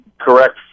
correct